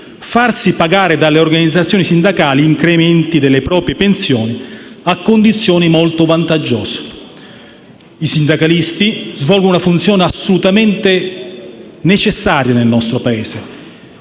farsi pagare dalle organizzazioni sindacali incrementi delle proprie pensioni a condizioni molto vantaggiose. I sindacalisti svolgono una funzione assolutamente necessaria nel nostro Paese.